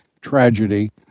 tragedy